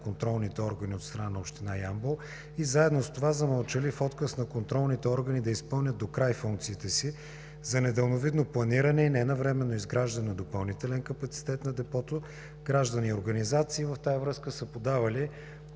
контролните органи от страна на Община Ямбол и заедно с това, за мълчалив отказ на контролните органи да изпълнят докрай функциите си, за недалновидно планиране и ненавременно изграждане на допълнителен капацитет на Депото. Граждани и организации в тази връзка са подавали